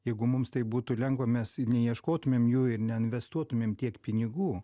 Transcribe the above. jeigu mums tai būtų lengva mes neieškotumėm jų ir neinvestuotumėm tiek pinigų